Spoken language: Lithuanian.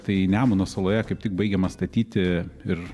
tai nemuno saloje kaip tik baigiamas statyti ir